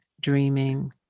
dreaming